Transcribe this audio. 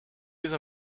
use